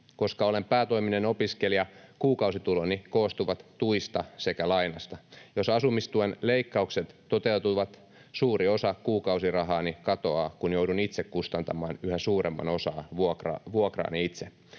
Koska olen päätoiminen opiskelija, kuukausituloni koostuvat tuista sekä lainasta. Jos asumistuen leikkaukset toteutuvat, suuri osa kuukausirahaani katoaa, kun joudun itse kustantamaan yhä suuremman osan vuokrastani itse.